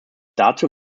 dazu